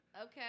Okay